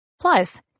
Plus